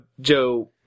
Joe